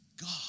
God